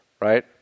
Right